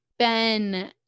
Ben